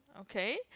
okay